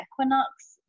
Equinox